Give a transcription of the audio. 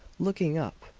looking up,